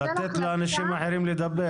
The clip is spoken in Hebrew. לתת לאנשים לדבר.